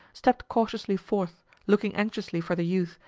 stepped cautiously forth, looking anxiously for the youth,